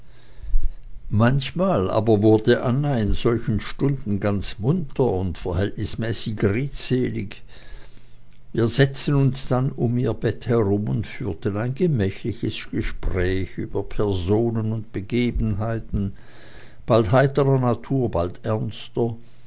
manchmal aber wurde anna in solchen stunden ganz munter und verhältnismäßig redselig wir setzten uns dann um ihr bett herum und führten ein gemächliches gespräch über personen und begebenheiten bald heiterer natur und bald ernster